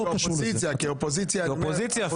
כאופוזיציה, כאופוזיציה.